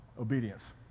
obedience